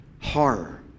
horror